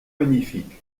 magnifique